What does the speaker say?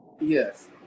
Yes